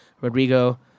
Rodrigo